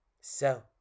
So